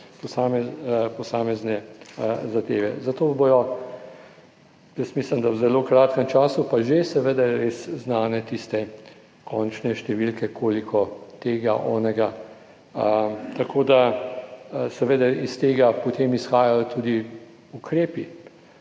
posamezne zadeve. Za to bodo, jaz mislim, da v zelo kratkem času, pa že seveda res znane tiste končne številke, koliko tega, onega, tako da, seveda iz tega potem izhajajo tudi ukrepi.